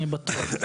אני בטוח.